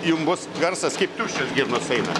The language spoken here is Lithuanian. jum bus garsas kaip tuščios girnos eina